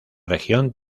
región